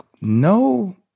no